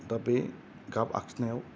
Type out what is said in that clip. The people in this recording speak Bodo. दा बे गाब आखिनायाव